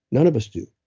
none of us do.